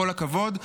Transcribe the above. כל הכבוד.